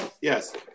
yes